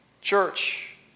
Church